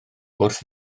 wrth